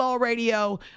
Radio